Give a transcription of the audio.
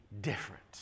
different